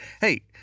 Hey